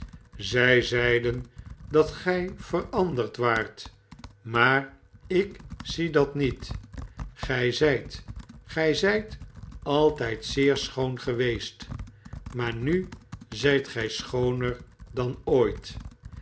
zij zeiden dat gij veranderd waart maar ik zie dat niet gij zijt gij zijt altijd zeer schoon geweest maar nu zijt gij schooner dan ooit